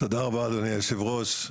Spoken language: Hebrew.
תודה רבה אדוני יושב הראש,